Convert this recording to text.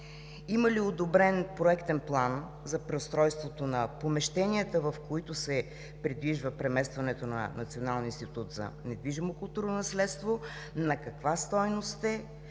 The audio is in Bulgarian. Има ли одобрен проектен план за преустройството на помещенията, в които се предвижда преместването на Националния институт за недвижимо културно наследство, на каква стойност е,